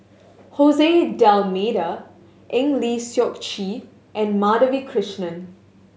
D'Almeida Eng Lee Seok Chee and Madhavi Krishnan